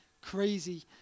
crazy